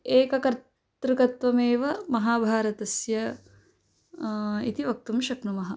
एककर्तृकत्वमेव महाभारतस्य इति वक्तुं शक्नुमः